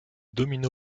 domino